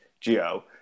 geo